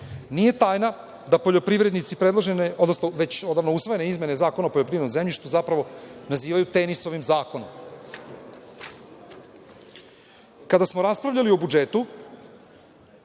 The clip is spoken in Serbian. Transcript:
Nije tajna da poljoprivrednici predložene, odnosno već odavno usvojene izmene Zakona o poljoprivrednom zemljištu, zapravo nazivaju „Tenisovim zakonom“.Kada smo raspravljali o budžetu,